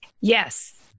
Yes